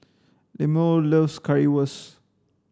Lemuel loves Currywurst